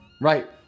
Right